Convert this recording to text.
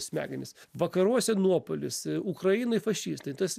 smegenis vakaruose nuopuolis ukrainoj fašistai tas